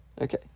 Okay